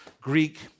Greek